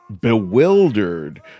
bewildered